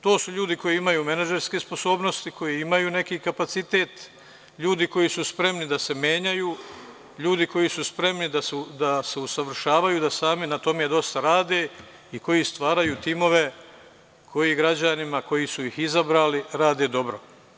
To su ljudi koji imaju menadžerske sposobnosti, koji imaju neki kapacitet, ljudi koji su spremni da se menjaju, ljudi koji su spremni da se usavršavaju, da sami na tome dosta rade i koji stvaraju timove koji građanima, koji su ih izabrali, rade dobro.